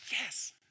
yes